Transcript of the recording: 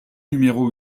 numéro